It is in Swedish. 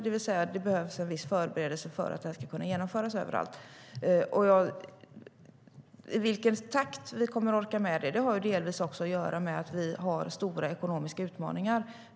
Det behövs alltså en viss förberedelse för att det här ska kunna genomföras överallt. Vilken takt vi kommer att orka med har delvis att göra med att vi har stora ekonomiska utmaningar.